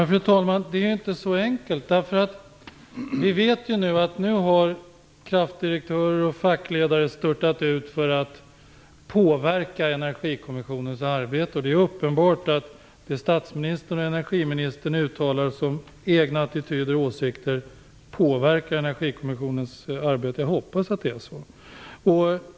Fru talman! Det är inte så enkelt. Nu vet vi ju att kraftdirektörer och fackledare har störtat ut för att påverka Energikommissionens arbete. Det är uppenbart att det statsministern och energiministern uttalar som egna attityder och åsikter påverkar Energikommissionens arbete. Jag hoppas att det är så.